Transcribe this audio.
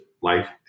life